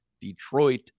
Detroit